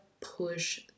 push